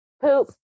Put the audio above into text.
poop